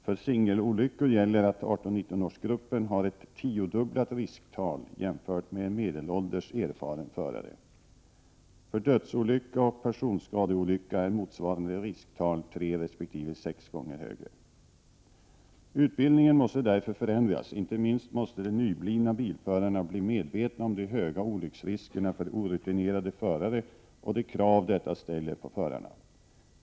För singelolyckor gäller att 18-19-årsgruppen har ett 10-dubblat risktal jämfört med en medelålders, erfaren förare. För dödsolycka och personskadeolycka är motsvarande risktal 3 resp. 6 gånger högre. Utbildningen måste därför förändras. Inte minst måste de nyblivna bilförarna bli medvetna om de höga olycksriskerna för orutinerade förare och de krav detta ställer på förarna.